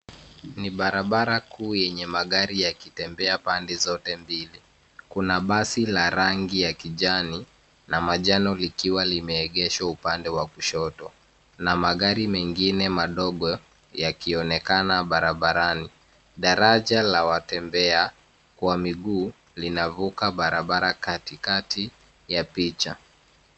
Ni barabara kuu yenye magari yakitembea pande zote mbili. Kuna basi la rangi ya kijani na manjano likiwa limeegeshwa upande wa kushoto na magari mengine madogo yakioneana barabarani. Daraja la watembea wa miguu linavuka barabara katikati ya picha.